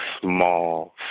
small